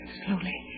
slowly